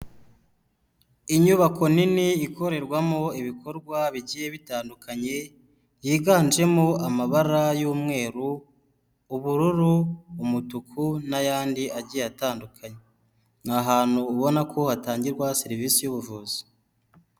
Inyubako nini ikorerwamo ibikorwa bigiye bitandukanye yiganjemo amabara y'umweru, ubururu, umutuku n'ayandi agiye atandukanye, ni ahantu ubona ko hatangirwa serivisi y'ubuvuzi.